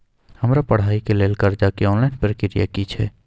हमरा पढ़ाई के लेल कर्जा के ऑनलाइन प्रक्रिया की छै?